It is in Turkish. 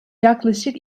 yaklaşık